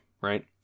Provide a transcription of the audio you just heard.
right